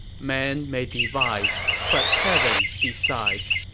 man may devise, but heaven decides.